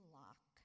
lock